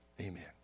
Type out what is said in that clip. Amen